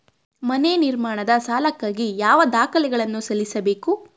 ಮನೆ ನಿರ್ಮಾಣದ ಸಾಲಕ್ಕಾಗಿ ಯಾವ ದಾಖಲೆಗಳನ್ನು ಸಲ್ಲಿಸಬೇಕು?